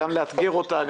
גם לאתגר אותה,